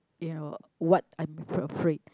ya what I'm af~ afraid